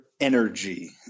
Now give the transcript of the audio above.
energy